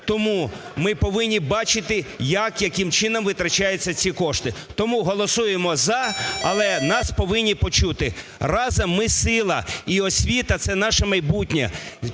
Тому ми повинні бачити як, яким чином витрачаються ці кошти. Тому голосуємо "за", але нас повинні почути. Разом ми сила і освіта це наше майбутнє.